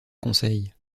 conseil